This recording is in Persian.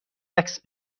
عکس